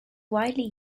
widely